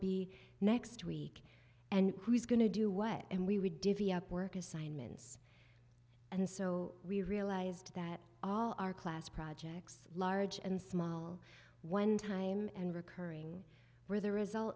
be next week and who is going to do way and we would divvy up work assignments and so we realized that all our class projects large and small one time and recurring were the result